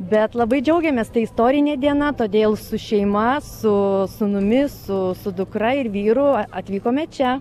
bet labai džiaugiamės tai istorinė diena todėl su šeima su sūnumis su su dukra ir vyru atvykome čia